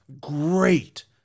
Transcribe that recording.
Great